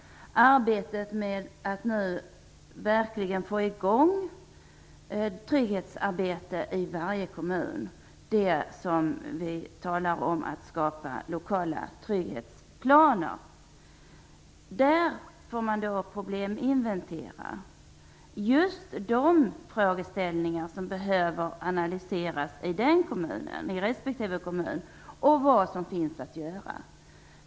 Det gäller arbetet med att verkligen få i gång ett trygghetsarbete i varje kommun. Vi har talat om att skapa lokala trygghetsplaner. Då får man probleminventera just de frågeställningar som behöver analyseras i respektive kommun och vad som finns att göra.